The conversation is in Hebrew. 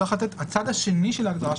הצד השני של התאגיד,